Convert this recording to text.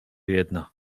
jedno